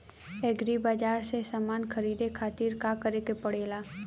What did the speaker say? Agri बाज़ार से समान ख़रीदे खातिर का करे के पड़ेला?